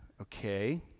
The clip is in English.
okay